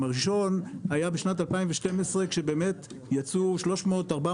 הראשון היה בשנת 2012 כשבאמת יצאו 400-300